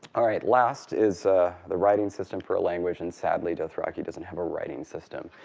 all right, last is the writing system for a language, and sadly dothraki doesn't have a writing system.